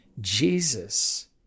Jesus